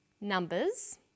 Numbers